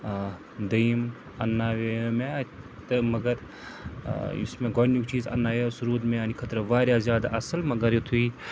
دٔیِم انٛناوییو مےٚ تہٕ مگر یُس مےٚ گۄڈٕنیُک چیٖز اَنٛنایو سُہ روٗد میٛانہِ خٲطرٕ واریاہ زیادٕ اَصٕل مگر یُتھُے